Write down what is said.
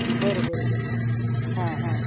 बरं बरं बरं हां हां